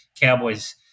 Cowboys